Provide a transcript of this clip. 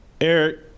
Eric